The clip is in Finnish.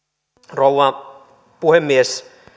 rouva puhemies